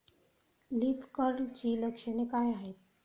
Leaf कर्लची लक्षणे काय आहेत?